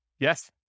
Yes